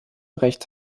recht